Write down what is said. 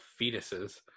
fetuses